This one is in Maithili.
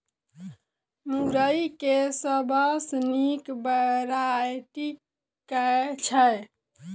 मुरई केँ सबसँ निक वैरायटी केँ छै?